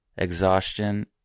exhaustion